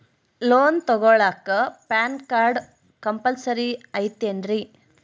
Loan ತೊಗೊಳ್ಳಾಕ PAN card compulsory ಐಯ್ತೇನ್ರಿ?